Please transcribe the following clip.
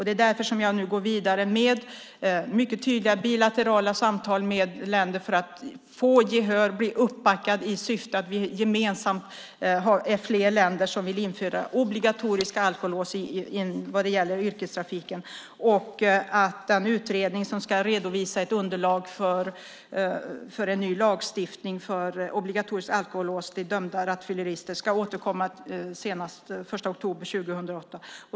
Det är därför jag nu går vidare med mycket tydliga bilaterala samtal med länder för att få gehör och bli uppbackad i syfte att vi ska bli fler länder som vill införa obligatoriska alkolås vad gäller yrkestrafiken. Den utredning som ska redovisa ett underlag för en ny lagstiftning för obligatoriskt alkolås till dömda rattfyllerister ska återkomma senast den 1 oktober 2008.